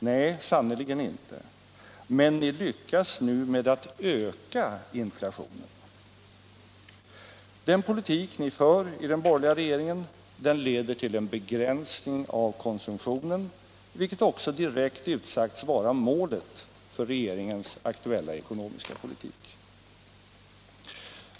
Nej, sannerligen inte, men ni lyckas nu med att öka inflationen. Den politik ni för i den borgerliga regeringen leder till en begränsning av konsumtionen, vilket också direkt utsagts vara målet för regeringens aktuella ekonomiska politik.